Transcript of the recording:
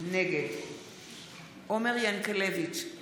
נגד עומר ינקלביץ'